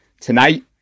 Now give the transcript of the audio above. Tonight